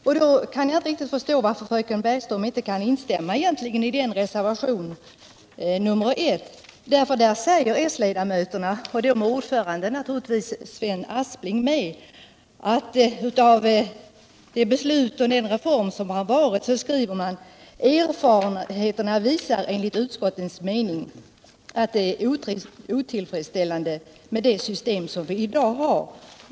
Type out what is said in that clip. Men då kan jag inte riktigt fatta varför hon inte kan ansluta sig till reservationen 1; där säger de socialdemokratiska utskottsledamöterna — bland dem naturligtvis ordföranden, Sven Aspling: ”Erfarenheterna visar enligt utskottets mening att detta” — dvs. det system som vi har i dag — ”är otillfredsställande.